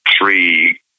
three